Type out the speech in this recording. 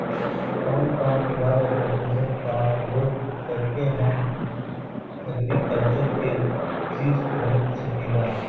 कउन कउन mobile application का प्रयोग करके हम एग्रीकल्चर के चिज खरीद सकिला?